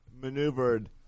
maneuvered